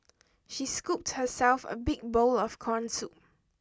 she scooped herself a big bowl of corn soup